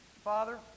Father